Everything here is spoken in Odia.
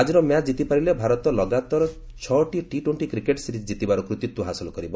ଆକିର ମ୍ୟାଚ୍ କିତି ପାରିଲେ ଭାରତ ଲଗାତର ଛଅଟି ଟି ଟୋଣ୍ଟି କ୍ରିକେଟ୍ ସିରିଜ୍ ଜିତିବାର କୃତିତ୍ୱ ହାସଲ କରିବ